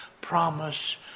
promise